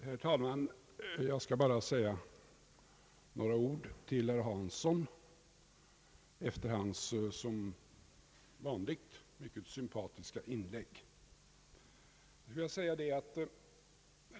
Herr talman! Jag skall säga bara några ord till herr Hansson efter hans som vanligt mycket sympatiska inlägg.